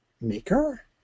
Maker